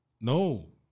No